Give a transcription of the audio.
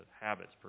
habits